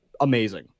amazing